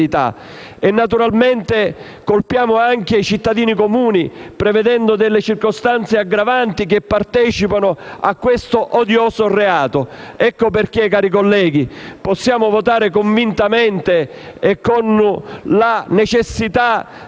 Naturalmente, colpiamo anche i cittadini comuni, prevedendo delle circostanze aggravanti che partecipano a questo odioso reato. Ecco perché, cari colleghi, possiamo votare convintamente a favore di